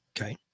Okay